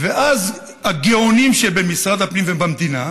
ואז הגאונים שבמשרד הפנים ובמדינה